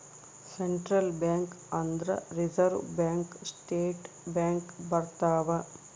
central bank ಅಂದ್ರ reserve bank state bank ಬರ್ತವ